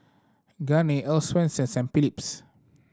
Garnier Earl's Swensens and Philips